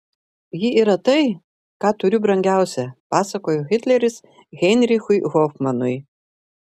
ji yra tai ką turiu brangiausia pasakojo hitleris heinrichui hofmanui